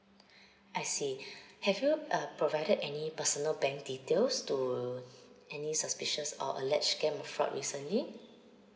I see have you uh provided any personal bank details to any suspicious or alleged scam or fraud recently